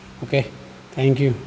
okay thank you